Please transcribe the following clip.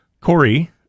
Corey